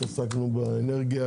התעסקנו באנרגיה,